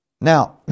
Now